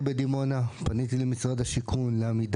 הבלנס נכון ל-31 בדצמבר 2022, עומד על 1.2